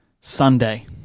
Sunday